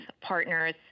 partners